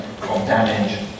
damage